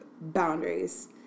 boundaries